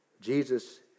Jesus